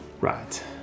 Right